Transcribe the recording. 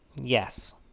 Yes